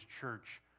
church